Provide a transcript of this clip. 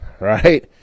right